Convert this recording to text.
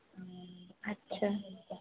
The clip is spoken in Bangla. আচ্ছা